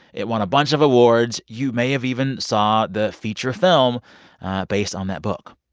it won a bunch of awards. you may have even saw the feature film based on that book.